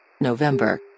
November